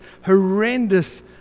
horrendous